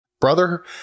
brother